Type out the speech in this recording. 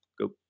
go